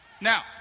Now